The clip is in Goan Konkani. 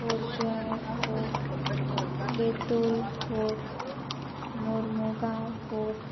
Corjuem fort Betul fort Mormugao fort